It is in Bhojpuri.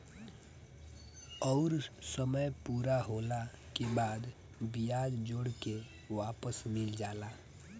अउर समय पूरा होला के बाद बियाज जोड़ के वापस मिल जाला